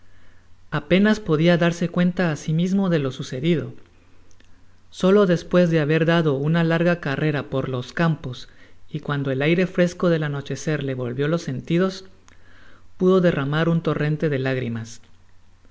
apenas podia darse cuenta á si mismo de lo sucedido solo despues de haber dado una larga carrera por los campos y cuando el aire fresco del anochecer le volvió los sentidos pudo derramar un torrente de lágrimas